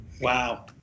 Wow